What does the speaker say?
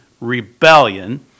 rebellion